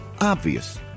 Obvious